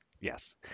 Yes